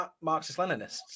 Marxist-Leninists